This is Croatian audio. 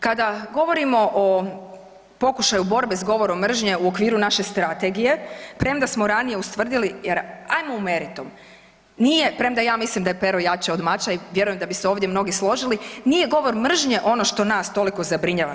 Kada govorimo o pokušaju borbe s govorom mržnje u okviru naše strategije premda smo ranije ustvrdili jer ajmo u meritum nije, premda da ja mislim da je pero jače od mača i vjerujem da bi se ovdje mnogi složili, nije govor mržnje ono što nas toliko zabrinjava.